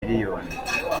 miliyoni